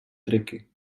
triky